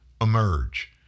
emerge